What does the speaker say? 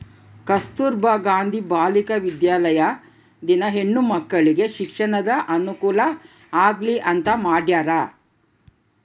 ಕಸ್ತುರ್ಭ ಗಾಂಧಿ ಬಾಲಿಕ ವಿದ್ಯಾಲಯ ದಿನ ಹೆಣ್ಣು ಮಕ್ಕಳಿಗೆ ಶಿಕ್ಷಣದ ಅನುಕುಲ ಆಗ್ಲಿ ಅಂತ ಮಾಡ್ಯರ